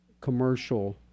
commercial